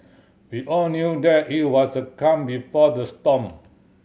we all knew that it was the calm before the storm